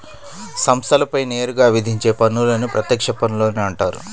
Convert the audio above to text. సంస్థలపై నేరుగా విధించే పన్నులని ప్రత్యక్ష పన్నులని అంటారు